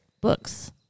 books